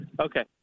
Okay